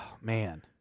man